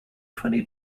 twenty